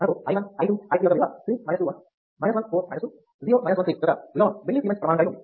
మనకు i 1 i 2 i 3 యొక్క విలువ 3 2 1 1 4 2 0 1 3 యొక్క విలోమం మిల్లిసీమెన్స్ ప్రమాణం కలిగి ఉంది